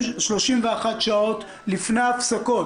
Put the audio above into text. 31 שעות לפני הפסקות,